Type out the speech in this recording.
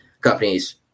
companies